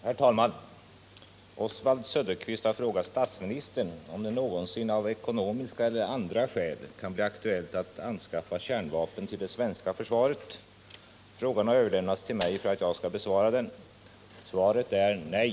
Herr talman! Oswald Söderqvist har frågat statsministern om det någonsin av ekonomiska eller andra skäl kan bli aktuellt att anskaffa kärnvapen till det svenska försvaret. Frågan har överlämnats till mig för att jag skall besvara den. Svaret är nej.